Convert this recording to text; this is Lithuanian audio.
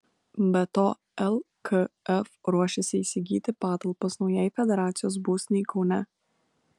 be to lkf ruošiasi įsigyti patalpas naujai federacijos būstinei kaune